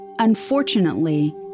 Unfortunately